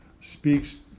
Speaks